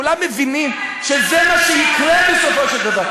כולם מבינים שזה מה שיקרה בסופו של דבר.